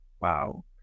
Wow